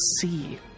see